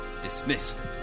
Dismissed